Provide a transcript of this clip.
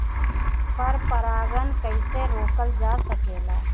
पर परागन कइसे रोकल जा सकेला?